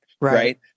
Right